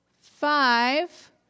five